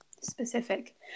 Specific